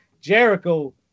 Jericho